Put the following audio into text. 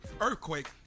Earthquake